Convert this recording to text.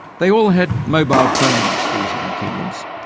the all had mobile phones these young kenyans,